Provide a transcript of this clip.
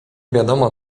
wiadomo